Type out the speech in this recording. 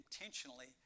intentionally